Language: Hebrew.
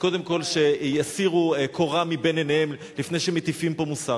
קודם כול שיסירו קורה מבין עיניהם לפני שמטיפים פה מוסר.